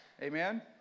Amen